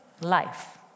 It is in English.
life